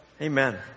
Amen